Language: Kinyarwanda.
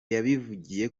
yabivugiye